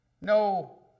No